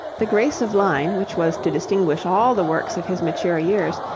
the grace of line, which was to distinguish all the works of his mature years,